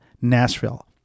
Nashville